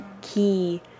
key